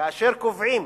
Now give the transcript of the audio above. כאשר קובעים